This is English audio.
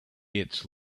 its